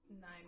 nine